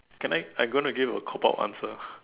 can I I'm going to give a cop out answer